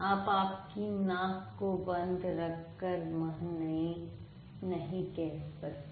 आप आपकी नाक को बंद रखकर म नहीं कह सकते